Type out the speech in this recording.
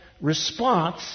response